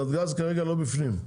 נתג"ז כרגע לא בפנים.